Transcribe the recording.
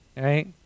right